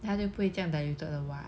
它就不会这样 diluted 了 what